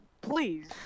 Please